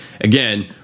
again